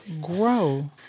Grow